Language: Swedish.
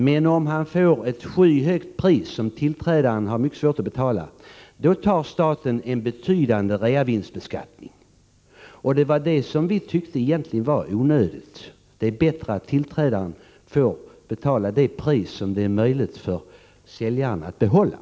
Men om han får ett skyhögt pris, som tillträdaren har mycket svårt att betala, då tar staten en betydande reavinstsskatt. Det var detta vi tyckte var litet onödigt. Det är egentligen bättre att tillträdaren får betala det pris som det är möjligt för säljaren att behålla.